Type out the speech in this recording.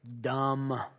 dumb